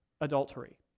adultery